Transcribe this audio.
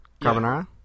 carbonara